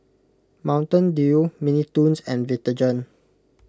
Mountain Dew Mini Toons and Vitagen